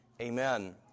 Amen